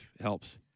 helps